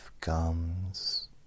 gums